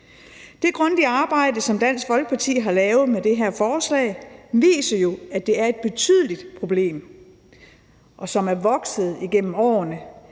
Det grundige arbejde, som Dansk Folkeparti har lavet med det her forslag, viser jo, at det er et betydeligt problem, som er vokset igennem årene.